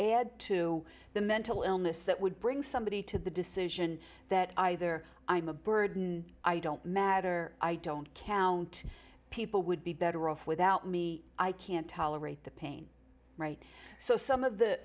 add to the mental illness that would bring somebody to the decision that either i'm a burden i don't matter i don't count people would be better off without me i can't tolerate the pain so some of the